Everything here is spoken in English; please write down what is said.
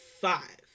Five